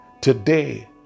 today